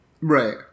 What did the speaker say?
right